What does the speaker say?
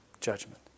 judgment